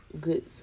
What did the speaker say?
good